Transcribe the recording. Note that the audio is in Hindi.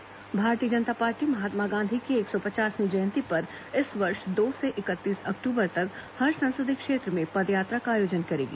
गांधी जयंती पदयात्रा भारतीय जनता पार्टी महात्मा गांधी की एक सौ पचासवीं जयन्ती पर इस वर्ष दो से इकतीस अक्तूबर तक हर संसदीय क्षेत्र में पदयात्रा का आयोजन करेगी